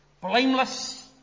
blameless